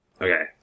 Okay